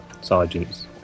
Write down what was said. sergeants